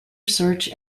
search